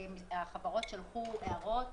החברות שלחו הערות,